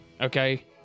Okay